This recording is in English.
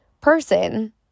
person